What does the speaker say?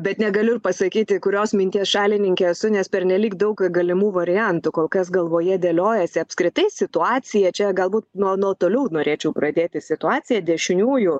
bet negaliu ir pasakyti kurios minties šalininkė esu nes pernelyg daug galimų variantų kol kas galvoje dėliojasi apskritai situacija čia galbūt nuo nuo toliau norėčiau pradėti situaciją dešiniųjų